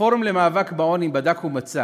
הפורום למאבק בעוני בדק ומצא